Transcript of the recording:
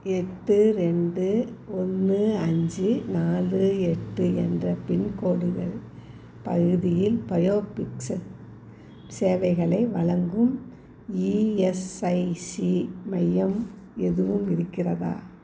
எட்டு ரெண்டு ஒன்று அஞ்சு நாலு எட்டு என்ற பின்கோடுகள் பகுதியில் பயோபிக்ஸ்ஸ சேவைகளை வழங்கும் இஎஸ்ஐசி மையம் எதுவும் இருக்கிறதா